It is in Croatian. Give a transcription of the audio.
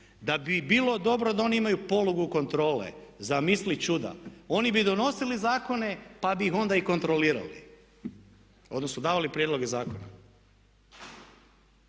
da bi bilo dobro da oni imaju polugu kontrole. Zamisli čuda! Oni bi donosili zakone pa bi ih onda i kontrolirali, odnosno davali prijedloge zakona.